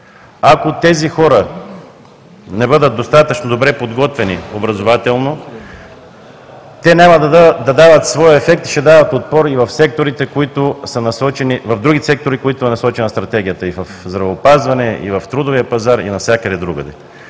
Ако тези хора не бъдат достатъчно добре подготвени образователно, те няма да дават своя ефект и ще дават отпор и в другите сектори, в които е насочена Стратегията – и в здравеопазване, и в трудовия пазар, и навсякъде другаде.